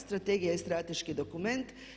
Strategija je strateški dokument.